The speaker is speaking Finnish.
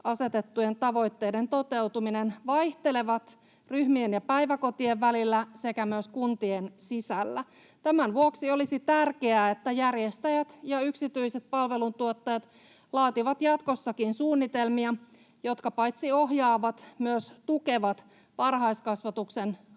asetettujen tavoitteiden toteutuminen vaihtelevat ryhmien ja päiväkotien välillä sekä myös kuntien sisällä. Tämän vuoksi olisi tärkeää, että järjestäjät ja yksityiset palveluntuottajat laativat jatkossakin suunnitelmia, jotka paitsi ohjaavat myös tukevat varhaiskasvatuksen